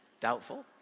Doubtful